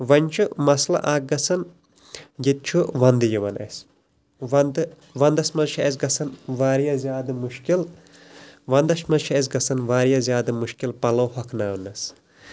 ۄونی چھُ مَسلہٕ اَکھ گَژھان ییٚتہِ چھُ وَنٛدٕ یِوان اَسہِ وَنٛدٕ وَنٛدَس منٛز چھِ اَسہِ گَژھان واریاہ زیادٕ مُشکِل وَنٛدَس منٛز چھِ اَسہِ گَژھان وارِیاہ زیادٕ مُشکِل پَلو ہۅکھٕناونَس